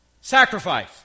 sacrifice